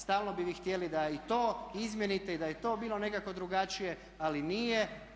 Stalno bi vi htjeli da i to izmijenite i da je to bilo nekako drugačije ali nije.